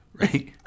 Right